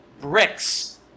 bricks